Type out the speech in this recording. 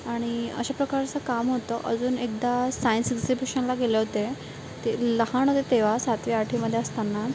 आणि अशा प्रकारचं काम होतं अजून एकदा सायन्स एक्झिबिशनला गेले होते ते लहान होते तेव्हा सातवी आठवीमध्ये असताना